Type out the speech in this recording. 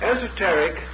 Esoteric